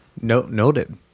Noted